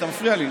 אתה מפריע לי.